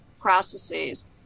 processes